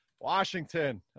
Washington